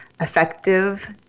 effective